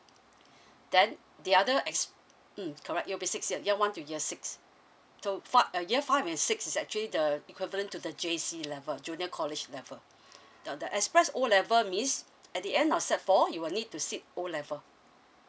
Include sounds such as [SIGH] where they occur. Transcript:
[BREATH] then the other ex~ mm correct it'll be six year year one to year six so five uh year five and six is actually the equivalent to the J_C level junior college level now the express O level means at the end of sec four you will need to sit O level